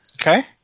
Okay